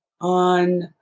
on